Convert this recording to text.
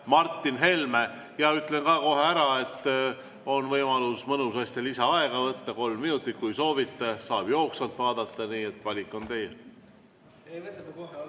Martin Helme. Ütlen kohe ära, et on võimalus mõnusasti lisaaega võtta kolm minutit, kui soovite, aga saab ka jooksvalt vaadata. Nii et valik on teie.